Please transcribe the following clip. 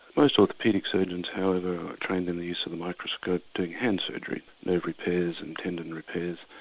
most orthopaedic surgeons however are trained in the use of the microscope doing hand surgery nerve repairs and tendon repairs.